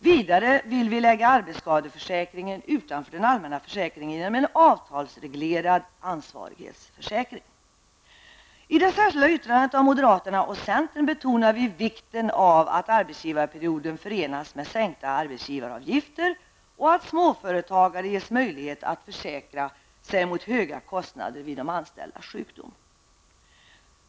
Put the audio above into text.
Vidare vill vi lägga arbetsskadeförsäkringen utanför den allmänna försäkringen genom en avtalsreglerad ansvarighetsförsäkring. I det särskilda yttrandet av moderaterna och centern betonar vi vikten av att arbetsgivarperioden förenas med sänkta arbetsgivaravgifter och att småföretagare ges möjlighet att försäkra sig mot höga kostnader vid de anställdas sjukdom.